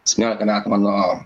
septyniolika metų mano